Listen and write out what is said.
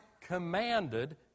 commanded